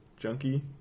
Junkie